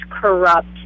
corrupt